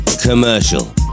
commercial